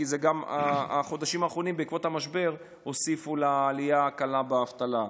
כי גם החודשים האחרונים בעקבות המשבר הוסיפו לעלייה קלה באבטלה.